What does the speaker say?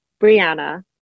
Brianna